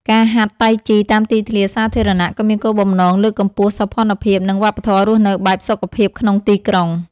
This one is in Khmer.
ការហាត់តៃជីតាមទីធ្លាសាធារណៈក៏មានគោលបំណងលើកកម្ពស់សោភ័ណភាព និងវប្បធម៌រស់នៅបែបសុខភាពក្នុងទីក្រុង។